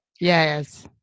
yes